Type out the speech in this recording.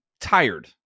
tired